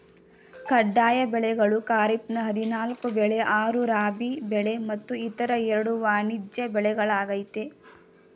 ಕಡ್ಡಾಯ ಬೆಳೆಗಳು ಖಾರಿಫ್ನ ಹದಿನಾಲ್ಕು ಬೆಳೆ ಆರು ರಾಬಿ ಬೆಳೆ ಮತ್ತು ಇತರ ಎರಡು ವಾಣಿಜ್ಯ ಬೆಳೆಗಳಾಗಯ್ತೆ